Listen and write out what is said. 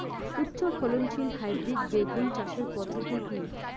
উচ্চ ফলনশীল হাইব্রিড বেগুন চাষের পদ্ধতি কী?